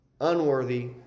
Unworthy